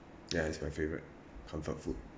ya it's my favourite comfort food